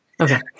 Okay